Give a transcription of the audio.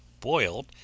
boiled